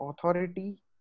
authority